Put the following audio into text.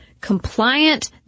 compliant